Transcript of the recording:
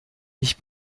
ich